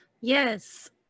Yes